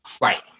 Right